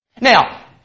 Now